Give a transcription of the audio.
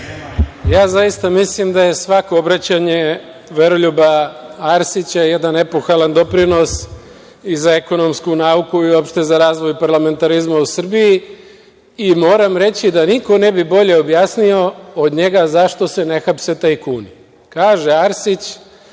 Ja zaista mislim da je svako obraćanje Veroljuba Arsića jedan epohalan doprinos i za ekonomsku nauku i uopšte za razvoj parlamentarizma u Srbiji i moram reći da niko ne bi bolje objasnio od njega zašto se ne hapse tajkuni. Kaže Arsić